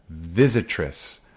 visitress